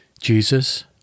Jesus